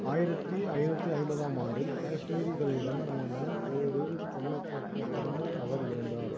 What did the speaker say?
ஆயிரத்து ஐந்நூற்றி ஐம்பது ஆம் ஆண்டில் காஷ்மீரிகளுடனான போரில் கொல்லப்பட்ட பின்னர் அவர் இறந்தார்